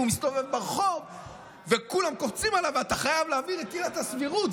והוא מסתובב ברחוב וכולם קופצים עליו: אתה חייב להעביר את עילת הסבירות,